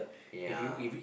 ya